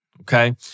okay